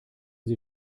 sie